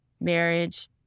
marriage